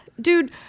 Dude